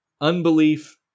unbelief